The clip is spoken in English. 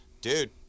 dude